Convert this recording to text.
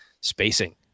spacing